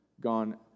gone